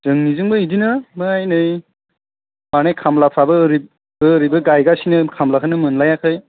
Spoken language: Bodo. जोंनिजोंबो बिदिनो ओमफ्राय नै माने खामलाफ्राबो ओरै ओरैबो गायगासिनो खालामखोनो मोनलायाखै